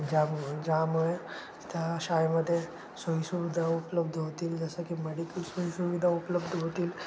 ज्यामुळे ज्यामुळे त्या शाळेमध्ये सोयीसुविधा उपलब्ध होतील जसं की मेडिकल सोयीसुविधा उपलब्ध होतील